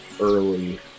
early